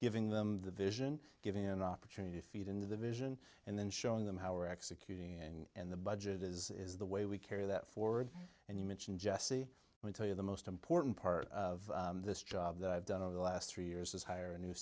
giving them the vision giving an opportunity feed into the vision and then showing them how are executing and the budget is is the way we carry that forward and you mentioned jesse and i tell you the most important part of this job that i've done over the last three years is hire a new